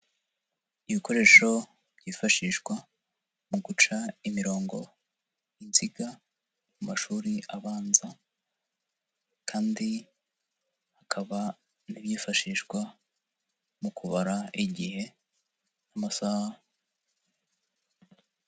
Ibikoresho byifashishwa mu guca imirongo, inziga mu mashuri abanza, kandi hakaba n'ibyifashishwa mu kubara igihe, amasaha.